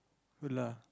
good lah